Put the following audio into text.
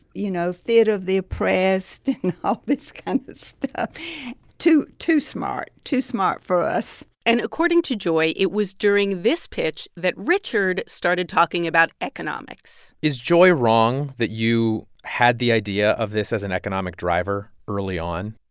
you know, theater of the oppressed and all ah this kind of stuff too too smart too smart for us and according to joy, it was during this pitch that richard started talking about economics is joy wrong that you had the idea of this as an economic driver early on?